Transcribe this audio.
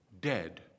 Dead